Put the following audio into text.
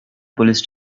police